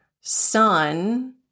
son